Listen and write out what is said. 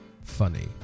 funny